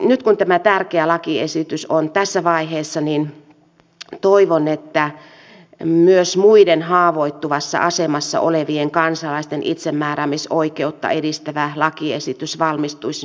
nyt kun tämä tärkeä lakiesitys on tässä vaiheessa toivon että myös muiden haavoittuvassa asemassa olevien kansalaisten itsemääräämisoikeutta edistävä lakiesitys valmistuisi nopeasti